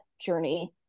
journey